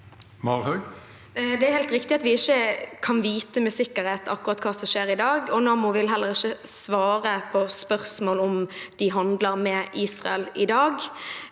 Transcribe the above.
Det er helt riktig at vi ikke kan vite med sikkerhet akkurat hva som skjer i dag, og Nammo vil heller ikke svare på spørsmål om de handler med Israel i dag.